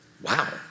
wow